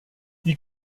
die